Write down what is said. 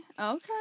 Okay